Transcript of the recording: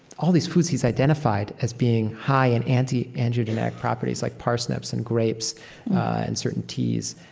all these foods he's identified as being high in anti-angiogenic properties, like parsnips and grapes and certain teas,